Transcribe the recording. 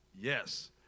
Yes